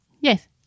yes